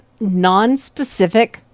nonspecific